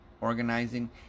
organizing